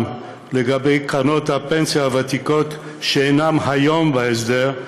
גם לגבי קרנות הפנסיה הוותיקות שאינן היום בהסדר,